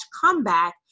comeback